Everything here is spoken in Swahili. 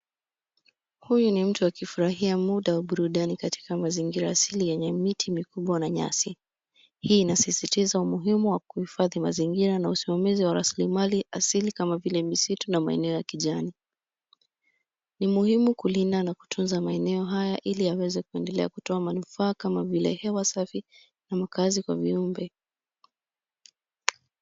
Huyu ni mtu akifurahia muda wa burudani katika mazingira asili yenye miti mikubwa na nyasi, hii inasisitiza umuhimu wa kuhifadhi mazingiri na usimamizi wa raslimali asili kama vile misitu na maeneo ya kijani. Ni muhimu kulinda na kutunza maeneo haya ili yaweze kwendelea kutoa manufaa kama vile hewa safi na makaazi Kwa viumbe.